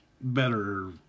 better